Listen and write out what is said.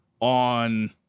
on